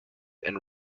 and